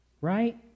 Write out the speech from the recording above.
right